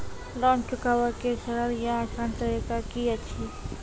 Loan चुकाबै के सरल या आसान तरीका की अछि?